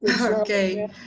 Okay